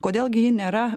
kodėl gi ji nėra